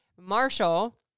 Marshall